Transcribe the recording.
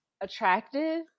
attractive